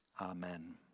amen